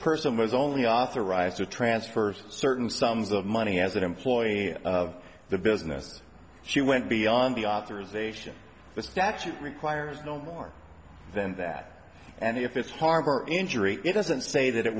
person was only authorized to transfer certain sums of money as an employee of the business she went beyond the authorization this actually requires more than that and if it's harm or injury it doesn't say that it